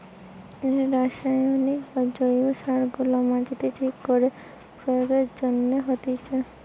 রাসায়নিক বা জৈব সার গুলা মাটিতে ঠিক করে প্রয়োগের জন্যে দিতেছে